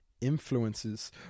influences